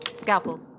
Scalpel